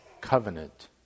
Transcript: covenant